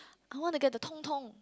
I want to get the